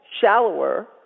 shallower